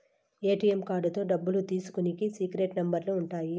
ATM కార్డుతో డబ్బులు తీసుకునికి సీక్రెట్ నెంబర్లు ఉంటాయి